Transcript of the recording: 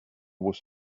was